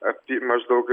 apie maždaug